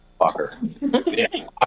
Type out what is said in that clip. fucker